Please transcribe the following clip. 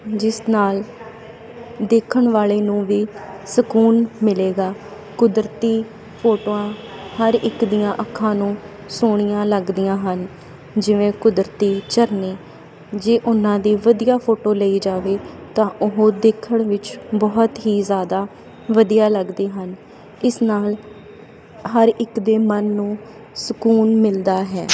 ਜਿਸ ਨਾਲ ਦੇਖਣ ਵਾਲੇ ਨੂੰ ਵੀ ਸਕੂਨ ਮਿਲੇਗਾ ਕੁਦਰਤੀ ਫੋਟੋਆਂ ਹਰ ਇੱਕ ਦੀਆਂ ਅੱਖਾਂ ਨੂੰ ਸੋਹਣੀਆਂ ਲੱਗਦੀਆਂ ਹਨ ਜਿਵੇਂ ਕੁਦਰਤੀ ਝਰਨੇ ਜੇ ਉਹਨਾਂ ਦੀ ਵਧੀਆ ਫੋਟੋ ਲਈ ਜਾਵੇ ਤਾਂ ਉਹ ਦੇਖਣ ਵਿੱਚ ਬਹੁਤ ਹੀ ਜ਼ਿਆਦਾ ਵਧੀਆ ਲੱਗਦੇ ਹਨ ਇਸ ਨਾਲ ਹਰ ਇੱਕ ਦੇ ਮਨ ਨੂੰ ਸਕੂਨ ਮਿਲਦਾ ਹੈ